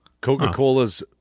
Coca-Cola's